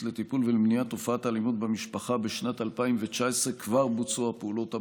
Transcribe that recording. למניעה ולטיפול בתופעת האלימות במשפחה בשנת 2019 כבר בוצעו הפעולות הבאות: